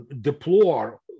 deplore